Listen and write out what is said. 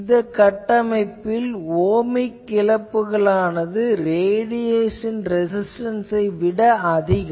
இந்த கட்டமைப்பில் ஒமிக் இழப்புகளானது ரேடியேசன் ரெசிஸ்டன்ஸ் ஐ விட அதிகம்